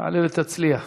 תעלה ותצליח.